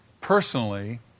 personally